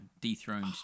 dethroned